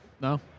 No